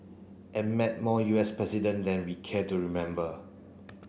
and met more U S president than we care to remember